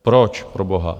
Proč proboha?